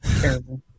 Terrible